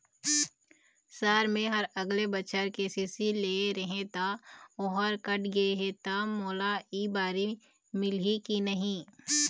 Sir मेहर अगले बछर के.सी.सी लेहे रहें ता ओहर कट गे हे ता मोला एबारी मिलही की नहीं?